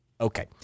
Okay